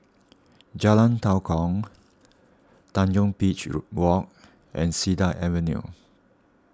Jalan Tua Kong Tanjong Beach Walk and Cedar Avenue